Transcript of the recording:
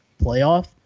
playoff